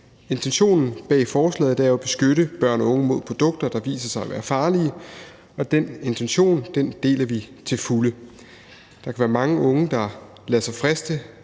Intentionen bag forslaget er at beskytte børn og unge mod produkter, der viser sig at være farlige. Den intention deler vi til fulde. Der kan være mange unge, der lader sig friste